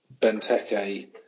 Benteke